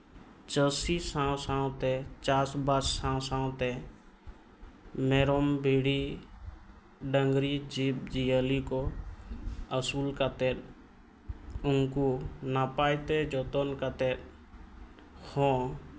ᱪᱟᱹᱥᱤ ᱥᱟᱶ ᱥᱟᱶᱛᱮ ᱪᱟᱥᱼᱵᱟᱥ ᱥᱟᱶ ᱥᱟᱶᱛᱮ ᱢᱮᱨᱚᱢ ᱵᱷᱤᱲᱤ ᱰᱟᱹᱝᱨᱤ ᱡᱤᱵᱽᱼᱡᱤᱭᱟᱹᱞᱤ ᱠᱚ ᱟᱹᱥᱩᱞ ᱠᱟᱛᱮ ᱩᱱᱠᱩ ᱱᱟᱯᱟᱭᱛᱮ ᱡᱚᱛᱚᱱ ᱠᱟᱛᱮ ᱦᱚᱸ